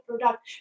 product